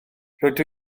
rydw